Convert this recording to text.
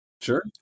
Sure